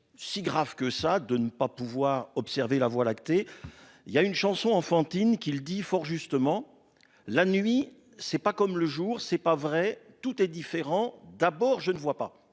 si grave que ça, de ne pas pouvoir observer la Voie lactée. Il y a une chanson enfantine qui le dit fort justement la nuit c'est pas comme le jour c'est pas vrai, tout est différent. D'abord je ne vois pas